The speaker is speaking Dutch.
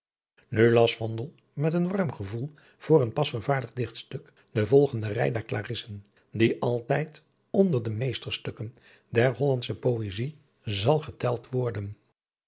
nu las vondel met het warm gevoel voor een pas vervaardigd dichtstuk den volgenden rei der klarissen die altijd onder de meesterstukken der hollandsche poëzij zal geteld worden